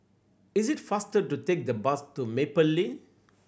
it's faster to take the bus to Maple Lane